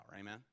amen